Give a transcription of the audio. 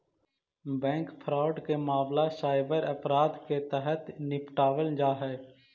bank fraud के मामला cyber अपराध के तहत निपटावल जा हइ